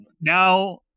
now